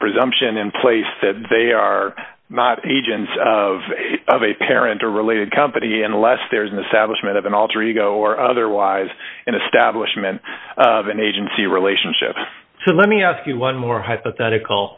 presumption in place that they are not agents of a parent or related company unless there is an establishment of an alter ego or otherwise an establishment of an agency relationship so let me ask you one more hypothetical